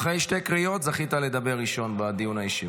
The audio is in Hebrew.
אחרי שתי קריאות זכית לדבר ראשון בדיון האישי.